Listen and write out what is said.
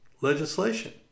legislation